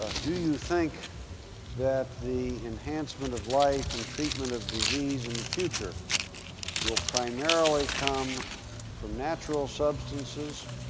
ah do you think that the enhancement of life and treatment of disease in the future will primarily come from natural substances,